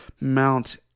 mount